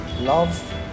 love